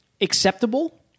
acceptable